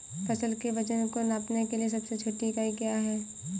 फसल के वजन को नापने के लिए सबसे छोटी इकाई क्या है?